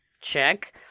Check